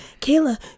Kayla